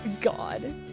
God